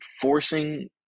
forcing